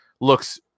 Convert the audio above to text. looks